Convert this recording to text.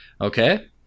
Okay